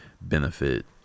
benefit